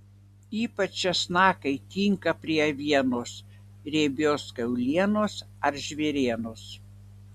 ypač česnakai tinka prie avienos riebios kiaulienos ar žvėrienos